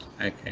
Okay